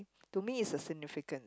to me is a significance